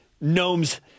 gnomes